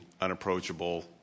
unapproachable